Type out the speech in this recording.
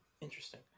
interesting